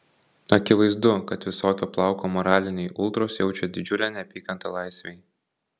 akivaizdu kad visokio plauko moraliniai ultros jaučia didžiulę neapykantą laisvei